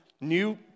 new